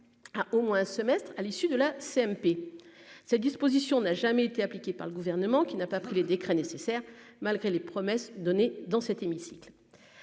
à au moins un semestre à l'issu de la CMP, cette disposition n'a jamais été appliquée par le gouvernement qui n'a pas pris les décrets nécessaires, malgré les promesses données dans cet hémicycle,